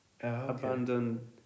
abandoned